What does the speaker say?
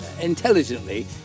intelligently